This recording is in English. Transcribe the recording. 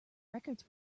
records